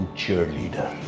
cheerleader